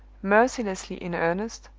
mercilessly in earnest,